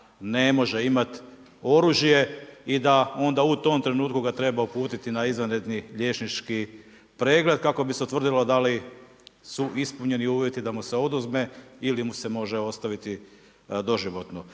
ne može imati oružje i da onda u tom trenutku ga treba uputiti na izvanredni liječnički pregled kako bi se utvrdilo da li su ispunjeni uvjeti da mu se oduzme ili mu se može ostaviti doživotno.